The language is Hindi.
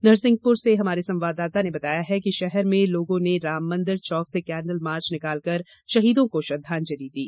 नरसिंहपुर से हमारे संवाददाता ने बताया है कि शहर में लोगों ने राममंदिर चौक से केंडल मार्च निकालकर शहीदों को श्रद्वांजलि दी